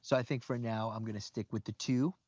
so i think for now i'm gonna stick with the two.